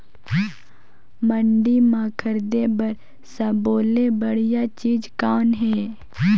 मंडी म खरीदे बर सब्बो ले बढ़िया चीज़ कौन हे?